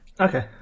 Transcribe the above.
Okay